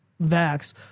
vax